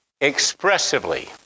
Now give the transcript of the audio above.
expressively